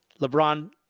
LeBron